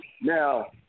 now